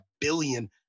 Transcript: billion